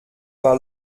war